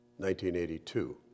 1982